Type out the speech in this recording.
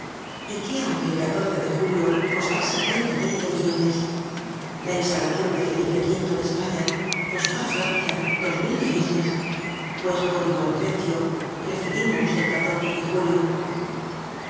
y qué aunque el de julio costase ciento veinte millones la instalacion de felipe v en españa costó á francia dos mil millones pues por igual precio preferimos el de julio por